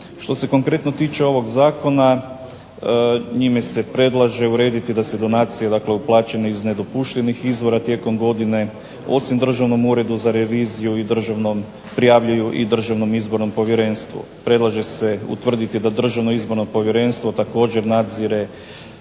Što se konkretno tiče ovog zakona njime se predlaže urediti da se donacije, dakle uplaćene iz nedopuštenih izvora tijekom godine, osim Državnom uredu za reviziju prijavljuju i Državnom izbornom povjerenstvu. Predlaže se utvrditi da Državno izborno povjerenstvo također nadzire